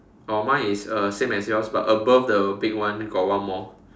oh mine is uh same as yours but above the big one got one more